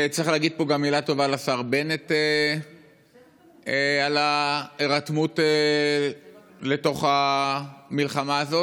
וצריך להגיד פה גם מילה טובה לשר בנט על הירתמות למלחמה הזאת.